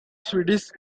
swedish